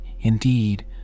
indeed